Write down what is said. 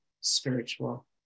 spiritual